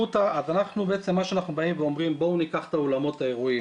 מה שאנחנו באים ואומרים זה בואו ניקח את אולמות האירועים.